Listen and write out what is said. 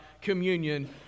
communion